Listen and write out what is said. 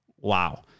Wow